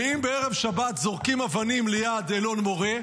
ואם בערב שבת זורקים אבנים ליד אלון מורה,